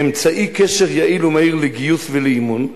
אמצעי קשר יעיל ומהיר לגיוס ולאימון,